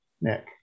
Nick